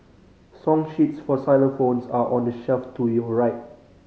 song sheets for xylophones are on the shelf to your right